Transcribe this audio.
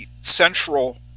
central